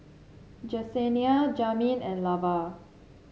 Jesenia Jamin and Lavar